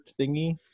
thingy